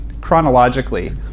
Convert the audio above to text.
Chronologically